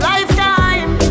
Lifetime